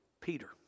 Peter